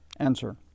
Answer